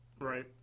Right